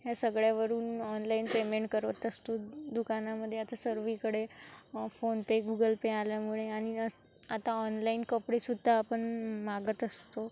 ह्या सगळ्यावरून online payment करवत असतो दुकानामध्ये आता सगळीकडे फोनपे गुगल पे आल्यामुळे आणि अस् आता ऑनलाईन कपडे सुद्धा आपण मागत असतो